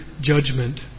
judgment